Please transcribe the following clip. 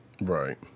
Right